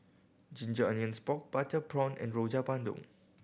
ginger onions pork butter prawn and Rojak Bandung